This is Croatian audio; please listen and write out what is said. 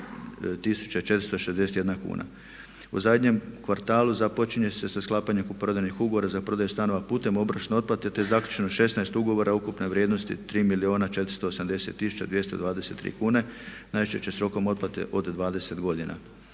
U zadnjem kvartalu započinje se sa sklapanjem kupoprodajnih ugovora za prodaju stanova putem obročne otplate te zaključno 16 ugovora ukupne vrijednosti 3 milijuna 480 tisuća 223 kune, najčešće s rokom otplate od 20 godina.